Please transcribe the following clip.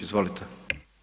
Izvolite.